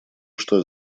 что